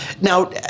now